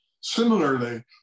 Similarly